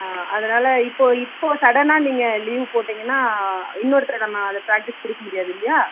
அதனால இப்போது இப்போது சடனாக நீங்கள் லீவு போட்டிங்கனால் இன்னொருத்தரை நம்ம அது பிராக்ட்டிஸ் கொடுக்க முடியாது இல்லையா